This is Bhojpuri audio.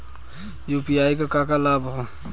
यू.पी.आई क का का लाभ हव?